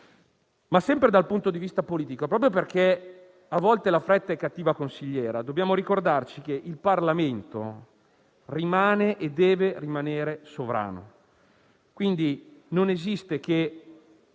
Sempre dal punto di vista politico, proprio perché a volte la fretta è cattiva consigliera, dobbiamo ricordare che il Parlamento rimane e deve rimanere sovrano, quindi non può essere